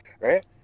Right